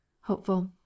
hopeful